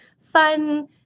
fun